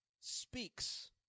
speaks